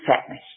fatness